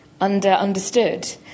under-understood